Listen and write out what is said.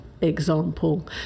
example